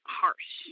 harsh